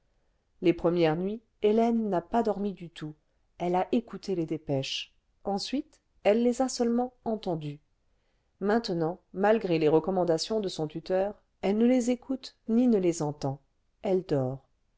les premières nuits hélène n'a pas dormi du tout elle a écouté les dépêches ensuite elle les a seulement entendues maintenant malgré les recommandations de son tuteur elle ne les écoute ni ne les entend elle dort